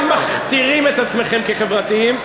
אתם מכתירים את עצמכם כחברתיים,